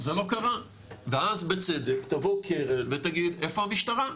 זה לא קרה ואז בצדק תבוא קרן ותגיד איפה המשטרה,